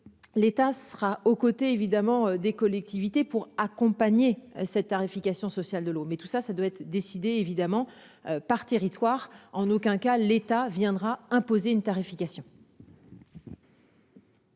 L'État sera aux côtés évidemment des collectivités pour accompagner cette tarification sociale de l'homme et tout ça ça doit être décidé évidemment par territoire en aucun cas l'État viendra imposer une tarification.